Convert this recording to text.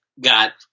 got –